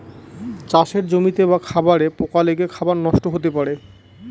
চাষের জমিতে বা খাবারে পোকা লেগে খাবার নষ্ট হতে পারে